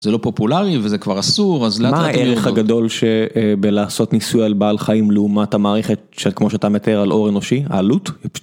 זה לא פופולרי וזה כבר אסור אז מה הערך הגדול שבלעשות ניסוי על בעל חיים לעומת המערכת כמו שאתה מתאר על עור אנושי, העלות?